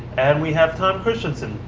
and we have tom kristensen,